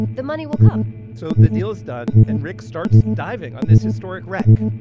the money will come so the deal's done and rick starts diving on this historic wreck.